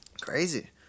crazy